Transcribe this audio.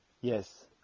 Yes